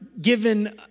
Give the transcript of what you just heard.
given